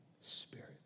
Spirit